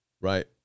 right